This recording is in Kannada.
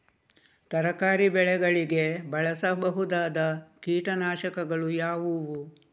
ತರಕಾರಿ ಬೆಳೆಗಳಿಗೆ ಬಳಸಬಹುದಾದ ಕೀಟನಾಶಕಗಳು ಯಾವುವು?